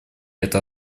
это